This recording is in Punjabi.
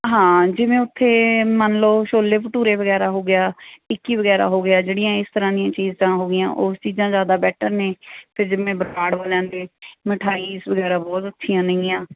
ਹਾਂ ਜਿਵੇਂ ਉੱਥੇ ਮੰਨ ਲਓ ਛੋਲੇ ਭਟੂਰੇ ਵਗੈਰਾ ਹੋ ਗਿਆ ਟਿੱਕੀ ਵਗੈਰਾ ਹੋ ਗਿਆ ਜਿਹੜੀਆਂ ਇਸ ਤਰ੍ਹਾਂ ਦੀਆਂ ਚੀਜ਼ਾਂ ਹੋ ਗਈਆਂ ਉਸ ਚੀਜ਼ਾਂ ਜ਼ਿਆਦਾ ਬੈਟਰ ਨੇ ਅਤੇ ਜਿਵੇਂ ਬਰਾੜ ਵਾਲਿਆਂ ਦੇ ਮਿਠਾਈ ਵਗੈਰਾ ਬਹੁਤ ਅੱਛੀਆਂ ਨੇਗੀਆਂ